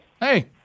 Hey